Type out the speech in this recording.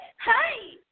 hi